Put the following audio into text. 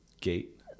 gate